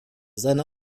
seiner